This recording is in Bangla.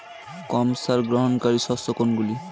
কম সার গ্রহণকারী শস্য কোনগুলি?